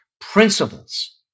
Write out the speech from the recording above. principles